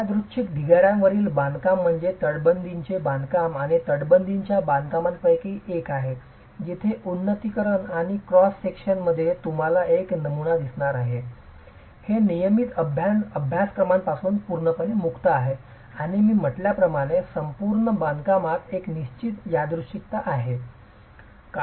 यादृच्छिक ढिगाऱ्या वरील बांधकाम म्हणजे तटबंदीचे बांधकाम आणि तटबंदीच्या बांधकामांपैकी एक आहे जिथे उन्नतीकरण आणि क्रॉस सेक्शन मध्ये तुम्हाला एक नमुना दिसणार नाही हे नियमित अभ्यासक्रमांपासून पूर्णपणे मुक्त आहे आणि मी म्हटल्याप्रमाणे संपूर्ण बांधकामात एक निश्चित यादृच्छिकता आहे